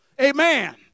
Amen